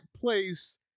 place